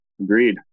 Agreed